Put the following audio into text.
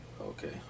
Okay